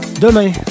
demain